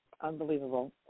Unbelievable